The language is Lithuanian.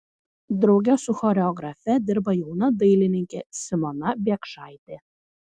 drauge su choreografe dirba jauna dailininkė simona biekšaitė